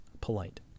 polite